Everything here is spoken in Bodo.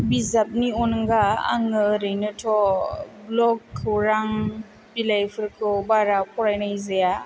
बिजाबनि आनगा आङो ओरैनोथ' ब्लग खौरां बिलाइफोरखौ बारा फरायनाय जाया